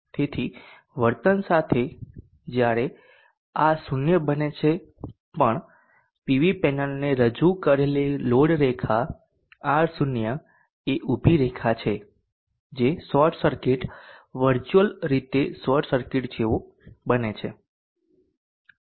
તેથી વર્તન કરે છે જ્યારે આ 0 બને પણ પીવી પેનલને રજૂ કરેલી લોડ રેખા R0 એ ઊભી રેખા છે જે શોર્ટ સર્કિટ વર્ચ્યુઅલ રીતે શોર્ટ સર્કિટ જેવું બને છે